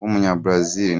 w’umunyabrazil